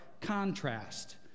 contrast